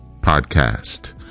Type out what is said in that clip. Podcast